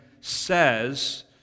says